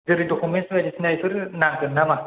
जेरै दखुमेन्तस बायदिसिना बेफोरो नांगोन नामा